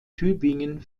tübingen